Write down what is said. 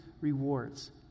rewards